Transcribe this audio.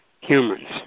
humans